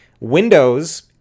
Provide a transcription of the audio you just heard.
Windows